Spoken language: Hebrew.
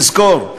תזכור,